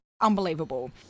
unbelievable